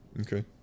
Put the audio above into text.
Okay